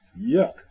Yuck